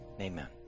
Amen